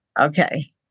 okay